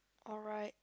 alright